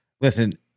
listen